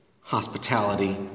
hospitality